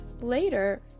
later